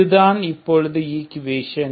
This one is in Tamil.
இது தான் இப்பொழுது ஈக்குவேசன்